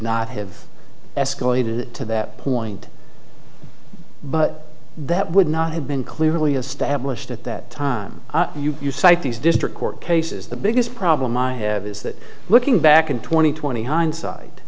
not have escalated to that point but that would not have been clearly established at that time you cite these district court cases the biggest problem i have is that looking back in twenty twenty hindsight